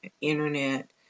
Internet